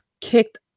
kicked